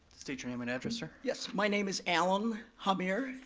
state your name and address, sir. yes, my name is alem hamir,